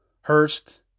Hurst